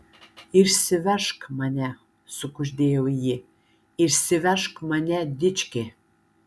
išsivežk mane sukuždėjo ji išsivežk mane dički